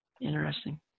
Interesting